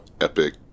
epic